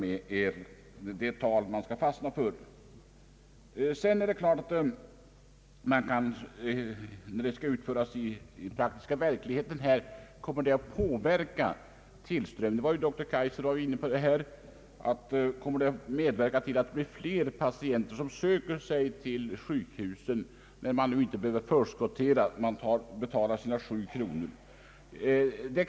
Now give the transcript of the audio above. Givetvis kan man fråga sig hur förslagets tillämpning i praktiken kommer att påverka tillströmningen av patienter till sjukhusen. Herr Kaijser var inne på detta problem. Patienten behöver ju inte längre förskottera utan betalar endast sina 7 kronor. Förut fick patien terna tillbaka av sjukkassan men måste ligga ute med pengarna en tid.